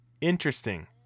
Interesting